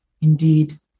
indeed